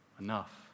enough